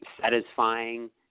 Satisfying